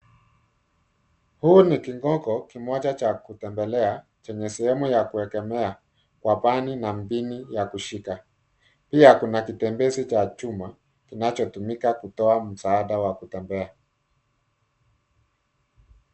Huu ni kigogo kimoja cha kutembelea chenye sehemu ya kuegemea kwa bani na mpini ya kushika. Pia kuna kitembezi cha chuma kinachotumika kutoa msaada wa kutembea.